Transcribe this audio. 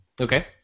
Okay